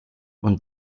und